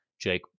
Jake